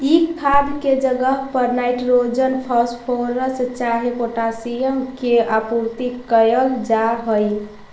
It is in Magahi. ई खाद के जगह पर नाइट्रोजन, फॉस्फोरस चाहे पोटाशियम के आपूर्ति कयल जा हई